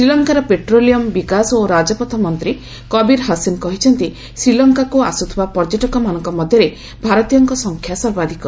ଶ୍ରୀଲଙ୍କାର ପେଟ୍ରୋଲିୟମ ବିକାଶ ଓ ରାଜପଥ ମନ୍ତ୍ରୀ କବୀର ହାସିନ୍ କହିଛନ୍ତି ଶୀଲଙ୍କ୍ରା ଆସ୍ରଥିବା ପର୍ଯ୍ୟଟକମାନଙ୍କ ମଧ୍ୟରେ ଭାରତୀୟଙ୍କ ସଂଖ୍ୟା ସର୍ବାଧିକ